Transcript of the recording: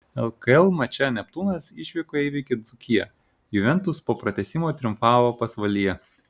lkl mače neptūnas išvykoje įveikė dzūkiją juventus po pratęsimo triumfavo pasvalyje